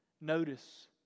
Notice